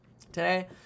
today